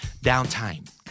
Downtime